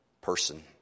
person